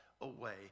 away